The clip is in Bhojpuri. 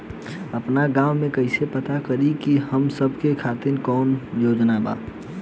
आपन गाँव म कइसे पता करि की हमन सब के खातिर कौनो योजना बा का?